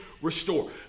restore